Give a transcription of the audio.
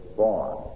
born